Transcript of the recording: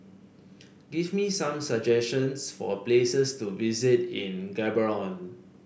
give me some suggestions for places to visit in Gaborone